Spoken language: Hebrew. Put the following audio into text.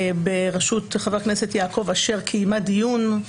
בראשות חבר הכנסת יעקב אשר, קיימה דיון,